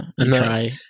try